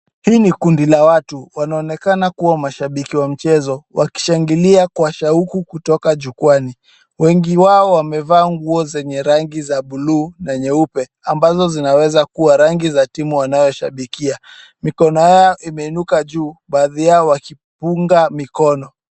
Hii ni kundi la watu. Wanaonekana kuwa mashabiki wa mchezo wakishangilia kwa shauku kutoka jukwaani. Wengi wao wamevaa nguo zenye rangi za blue na nyeupe ambazo zinaweza kuwa rangi za timu wanayoshabikia. Mikono yao imeinuka juu baadhi yao wakiwapunga mikono.